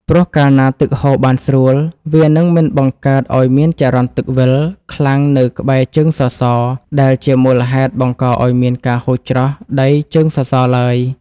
ព្រោះកាលណាទឹកហូរបានស្រួល វានឹងមិនបង្កើតឱ្យមានចរន្តទឹកវិល ខ្លាំងនៅក្បែរជើងសសរ ដែលជាមូលហេតុបង្កឱ្យមានការហូរច្រោះដីជើងសសរឡើយ។